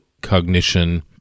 cognition